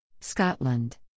Scotland